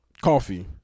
coffee